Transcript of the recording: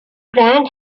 grant